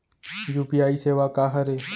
UPI सेवा का हरे?